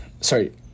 sorry